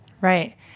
Right